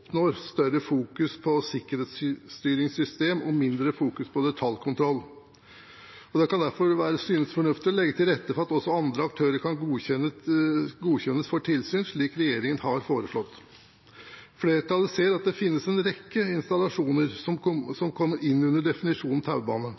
oppnår større fokus på sikkerhetsstyringssystem og mindre fokus på detaljkontroll. Det kan synes fornuftig å legge til rette for at også andre aktører kan godkjennes for tilsyn, slik regjeringen her foreslår. Flertallet ser at det finnes en rekke installasjoner som kommer inn under definisjonen taubane.